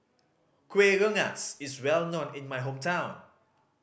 Kuih Rengas is well known in my hometown